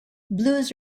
blues